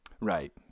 right